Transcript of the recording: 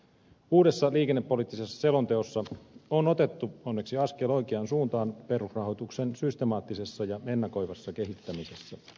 uudessa liikennepoliittisessa selonteossa on otettu onneksi askel oikeaan suuntaan perusrahoituksen systemaattisessa ja ennakoivassa kehittämisessä